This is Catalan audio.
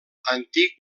antic